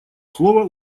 слово